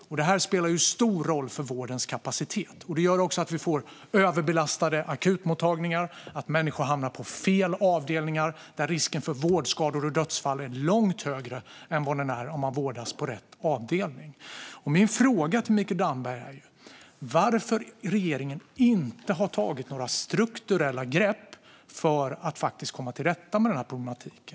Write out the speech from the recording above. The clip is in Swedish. Detta spelar stor roll för vårdens kapacitet. Det gör också att vi får överbelastade akutmottagningar och att människor hamnar på fel avdelningar, där risken för vårdskador och dödsfall är långt högre än vad den är om de vårdas på rätt avdelningar. Min fråga till Mikael Damberg är: Varför har regeringen inte tagit några strukturella grepp för att faktiskt komma till rätta med denna problematik?